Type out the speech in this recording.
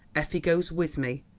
effie goes with me,